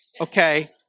okay